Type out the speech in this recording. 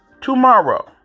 Tomorrow